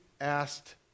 asked